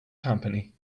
company